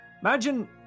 Imagine